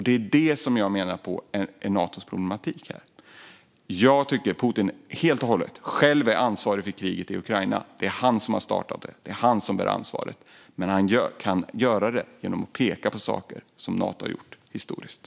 Det är det som jag menar är Natos problematik här. Jag tycker att det är helt och hållet Putin själv som är ansvarig för kriget i Ukraina. Det är han som har startat det. Det är han som bär ansvaret. Men han kan göra det genom att peka på saker som Nato har gjort i historien.